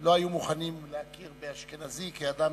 לא היו מוכנים להכיר באשכנזי כאדם